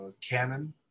Canon